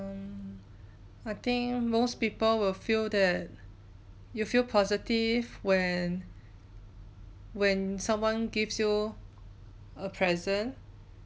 um I think most people will feel that you feel positive when when someone gives you a present